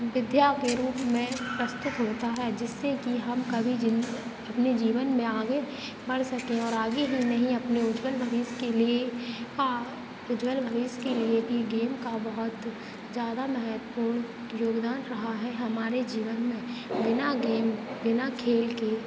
विद्या के रूप में प्रस्तुत होता है जिससे कि हम कभी जिन अपने जीवन में आगे बढ़ सकें और आगे ही नहीं अपने उज्ज्वल भविष्य के लिए उज्जवल भविष्य के लिए ये गेम का बहुत ज्यादा महत्त्वपूर्ण योगदान रहा है हमारे जीवन में बिना गेम बिना खेल के